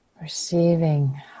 Receiving